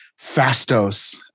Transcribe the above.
Fastos